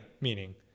meaning